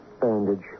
Bandage